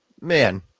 man